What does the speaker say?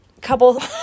Couple